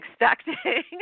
expecting